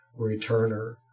returner